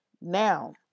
Now